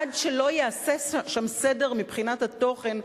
עד שלא ייעשה שם סדר מבחינת התוכן,